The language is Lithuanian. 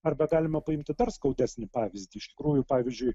arba galima paimti dar skaudesnį pavyzdį iš tikrųjų pavyzdžiui